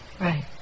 right